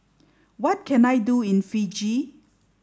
what can I do in Fiji